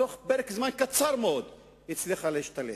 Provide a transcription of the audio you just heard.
בתוך זמן קצר מאוד היא הצליחה להשתלט.